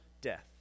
death